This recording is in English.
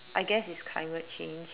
I guess is climate change